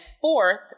fourth